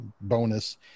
bonus